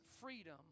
freedom